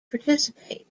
participate